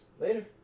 later